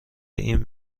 این